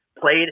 played